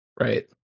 right